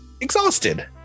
exhausted